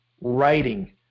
writing